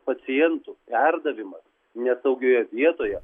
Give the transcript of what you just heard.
pacientų perdavimas nesaugioje vietoje